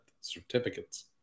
certificates